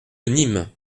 nîmes